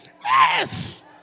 Yes